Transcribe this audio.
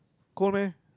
cold meh